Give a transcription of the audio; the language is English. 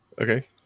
okay